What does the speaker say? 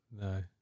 No